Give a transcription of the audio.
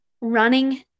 running